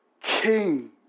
king